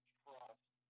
trust